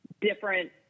different